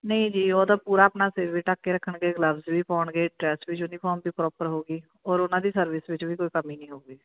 ਨਹੀਂ ਜੀ ਉਹ ਤਾਂ ਪੂਰਾ ਆਪਣਾ ਸਿਰ ਵੀ ਢੱਕ ਕੇ ਰੱਖਣਗੇ ਗਲੱਵਸ ਵੀ ਪਾਉਣਗੇ ਡਰੈਸ ਵੀ ਯੂਨੀਫੋਮ ਵੀ ਪ੍ਰੋਪਰ ਹੋਵੇਗੀ ਔਰ ਉਹਨਾਂ ਦੀ ਸਰਵਿਸ ਵਿੱਚ ਵੀ ਕੋਈ ਕਮੀ ਨਹੀਂ ਹੋਵੇਗੀ